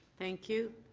thank you.